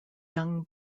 young